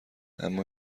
اما